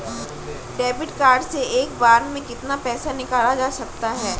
Debit card से एक बार में कितना पैसा निकाला जा सकता है?